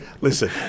listen